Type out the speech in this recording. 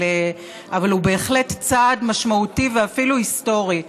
אבל הוא בהחלט צעד משמעותי ואפילו היסטורי.